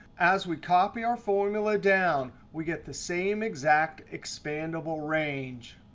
as we copy our formula down, we get the same exact expandable range.